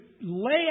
lay